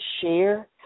share